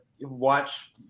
watch